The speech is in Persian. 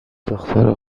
دختر